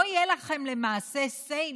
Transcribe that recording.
לא יהיה לכם למעשהsay ,